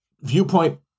viewpoint